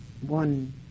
one